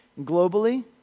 globally